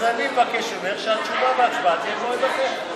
אז אני מבקש ממך שהתשובה וההצבעה יהיו במועד אחר.